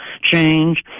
change